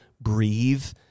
breathe